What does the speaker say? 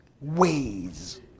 Ways